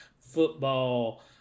football